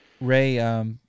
Ray